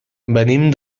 venim